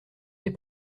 des